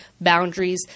boundaries